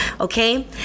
okay